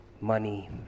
money